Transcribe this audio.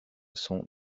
sont